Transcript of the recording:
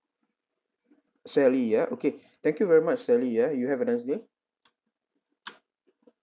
sally ah okay thank you very much sally ya you have a nice day